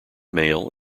male